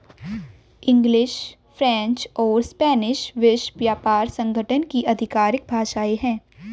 English, French और Spanish विश्व व्यापार संगठन की आधिकारिक भाषाएं है